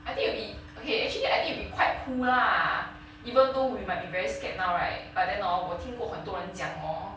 I think it'll be okay actually I think it'll be quite cool lah even though we might be very scared now right but then hor 我听过很多人讲 hor